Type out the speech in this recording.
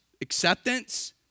acceptance